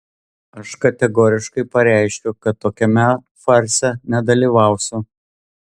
aš kategoriškai pareiškiu kad tokiame farse nedalyvausiu